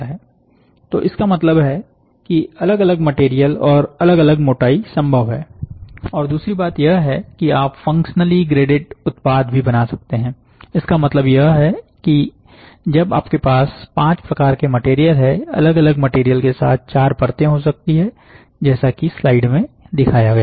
तो इसका मतलब है कि अलग अलग मटेरियल और अलग अलग मोटाइ संभव है और दूसरी बात यह है कि आप फंक्शनली ग्रेडेड उत्पाद भी बना सकते हैं इसका मतलब यह है कि जब आपके पास पांच प्रकार के मटेरियल है अलग अलग मटेरियल के साथ चार परते हो सकती है जैसा की स्लाइड में दिखाया गया है